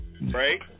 Right